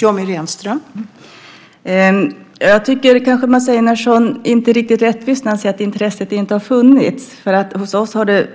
Fru talman! Mats Einarsson är inte riktigt rättvis när han säger att intresset inte har funnits. Hos oss har det